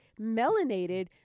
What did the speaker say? melanated